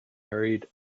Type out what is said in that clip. hurried